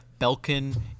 Belkin